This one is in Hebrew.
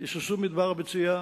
ישושום מדבר וצייה